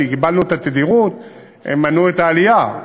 כשהגבלנו את התדירות הם מנעו את העלייה,